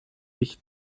ich